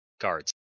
guards